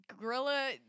Gorilla